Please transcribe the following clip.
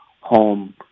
home